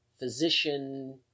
physician